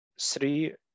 three